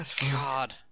God